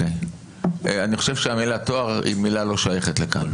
אני חושב שהמילה טוהר היא מילה לא שייכת לכאן.